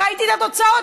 ראיתי את התוצאות,